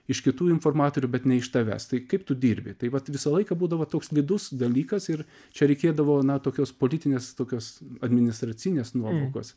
iš kitų informatorių bet ne iš tavęs tai kaip tu dirbi tai vat visą laiką būdavo toks slidus dalykas ir čia reikėdavo na tokios politinės tokios administracinės nuovokos